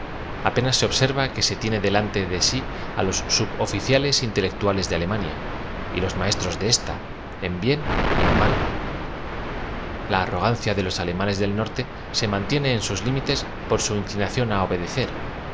apenas se observa que se tiene delante de sí á los sub ofíeíales intelectuales de alem ania y los maestros de ésta en bien y en mal l a arrogancia de los alemanes del norte se mantiene en sus límites por su inclinación á obedecer